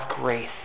grace